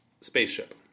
spaceship